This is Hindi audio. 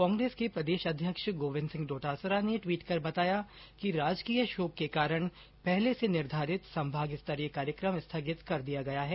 कांग्रेस के प्रदेश अध्यक्ष गोविंद सिंह डोटासरा ने टवीट कर बताया कि राजकीय शोक के कारण पहले से निर्धारित संभाग स्तरीय कार्यक्रम स्थगित कर दिया गया है